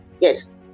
Yes